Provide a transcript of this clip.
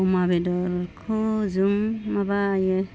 अमा बेदरखौ जों माबायो